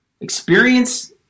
Experience